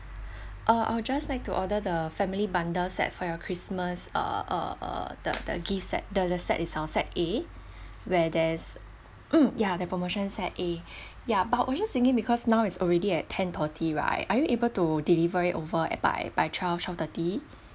uh I'll just like to order the family bundle set for your christmas uh uh uh the the gift set the the set is our set A where there's hmm yeah the promotion set A ya but I was just thinking because now is already at ten thirty right are you able to deliver it over by by twelve twelve thirty